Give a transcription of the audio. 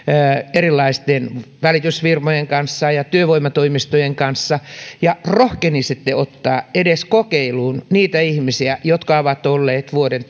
erilaisten välitysfirmojen kanssa ja työvoimatoimistojen kanssa ja rohkenisitte ottaa edes kokeiluun niitä ihmisiä jotka ovat olleet vuoden